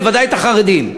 בוודאי את החרדים: